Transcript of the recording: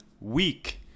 week